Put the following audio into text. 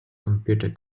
computer